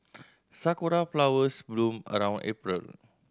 sakura flowers bloom around April